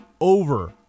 over